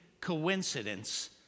coincidence